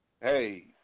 hey